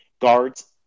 guards